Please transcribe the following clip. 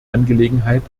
angelegenheit